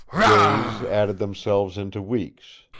days added themselves into weeks,